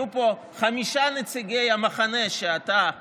יהיו פה חמישה נציגי המחנה שאתה נגדו,